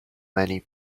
many